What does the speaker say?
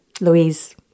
Louise